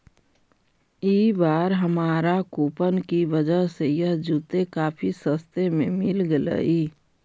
ई बार हमारा कूपन की वजह से यह जूते काफी सस्ते में मिल गेलइ